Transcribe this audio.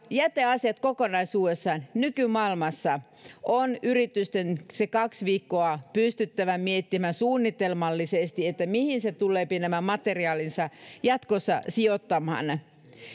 jäteasiat kokonaisuudessaan nykymaailmassa on yrityksen se kaksi viikkoa pystyttävä miettimään suunnitelmallisesti mihin se tulee nämä materiaalinsa jatkossa sijoittamaan